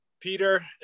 peter